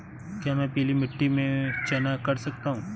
क्या मैं पीली मिट्टी में चना कर सकता हूँ?